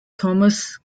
thomas